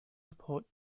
report